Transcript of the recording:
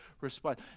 respond